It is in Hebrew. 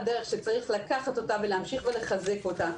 דרך וצריך לקחת אותה ולהמשיך לחזק אותה,